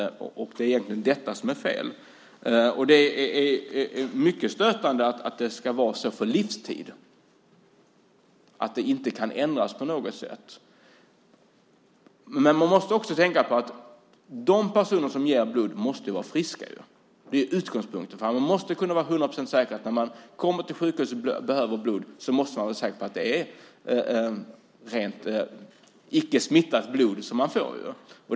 Även detta är fel. Det är mycket stötande att det ska vara så för livstid, att detta inte kan ändras på något sätt. Vi måste också tänka på att de personer som ger blod måste vara friska. Det är utgångspunkten. Vi måste kunna vara hundra procent säkra på att vi när vi kommer till sjukhuset och behöver blod får icke-smittat blod.